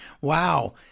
Wow